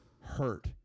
hurt